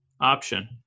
option